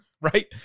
right